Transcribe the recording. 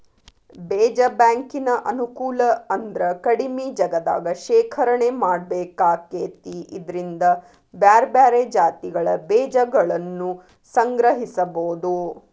ಬೇಜ ಬ್ಯಾಂಕಿನ ಅನುಕೂಲ ಅಂದ್ರ ಕಡಿಮಿ ಜಗದಾಗ ಶೇಖರಣೆ ಮಾಡ್ಬೇಕಾಕೇತಿ ಇದ್ರಿಂದ ಬ್ಯಾರ್ಬ್ಯಾರೇ ಜಾತಿಗಳ ಬೇಜಗಳನ್ನುಸಂಗ್ರಹಿಸಬೋದು